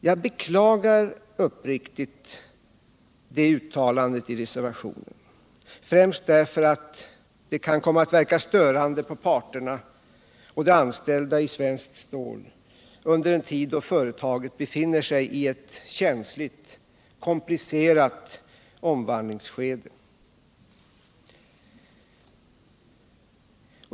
Jag beklagar uppriktigt uttalandet i reservationen, främst därför att det kan komma att verka störande på parterna och de anställda i Svenskt Stål, under en tid då företaget befinner sig i ett känsligt och komplicerat omvandlingsskede.